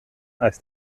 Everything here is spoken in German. als